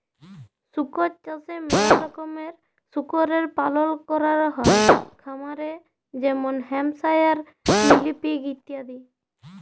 শুকর চাষে ম্যালা রকমের শুকরের পালল ক্যরাক হ্যয় খামারে যেমল হ্যাম্পশায়ার, মিলি পিগ ইত্যাদি